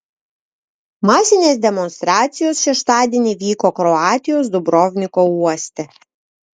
masinės demonstracijos šeštadienį vyko kroatijos dubrovniko uoste